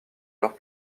leurs